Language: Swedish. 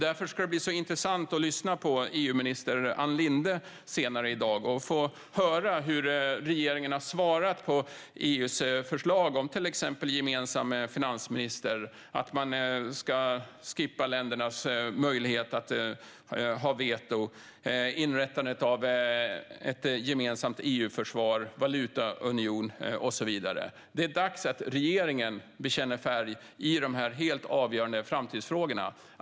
Därför ska det bli intressant att lyssna på EU-minister Ann Linde senare i dag och få höra hur regeringen har svarat på EU:s förslag om till exempel en gemensam finansminister, om att skippa ländernas möjlighet att lägga in veto, om inrättandet av ett gemensamt EU-försvar, om en valutaunion och så vidare. Det är dags att regeringen bekänner färg i dessa helt avgörande framtidsfrågor.